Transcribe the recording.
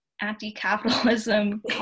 anti-capitalism